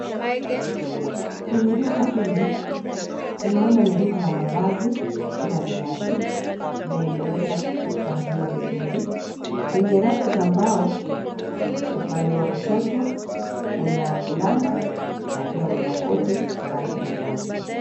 Kwenye duka hili, tunaona ni duka la mavazi na viatu, na imeweza kupangiliwa vizuri, kwenye rafu za mbao, upande wa kushoto kuna fulana na pia kuna koti za rangi tofauti.